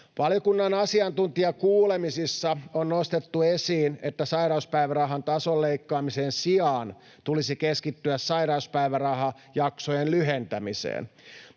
Valiokunnan asiantuntijakuulemisissa on nostettu esiin, että sairauspäivärahan tason leikkaamisen sijaan tulisi keskittyä sairauspäivärahajaksojen lyhentämiseen.